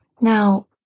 Now